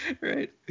Right